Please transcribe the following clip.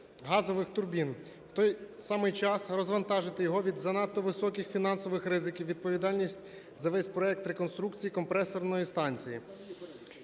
в той самий час розвантажити його від занадто високих фінансових ризиків, відповідальності за весь проект реконструкції компресорної станції.